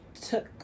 took